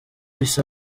isa